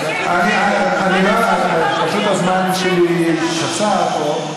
תקשיב, פשוט הזמן שלי קצר פה.